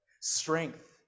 strength